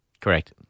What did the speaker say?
Correct